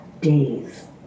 days